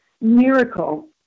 miracle